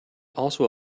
also